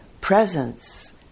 presence